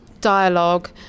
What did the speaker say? dialogue